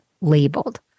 labeled